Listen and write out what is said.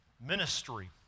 ministry